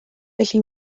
felly